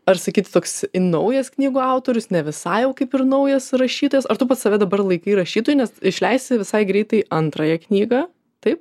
ar sakyt toks naujas knygų autorius ne visai jau kaip ir naujas rašytojas ar tu pats save dabar laikai rašytoju nes išleisi visai greitai antrąją knygą taip